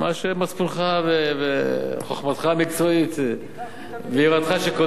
מה שמצפונך וחוכמתך המקצועית ויראתך,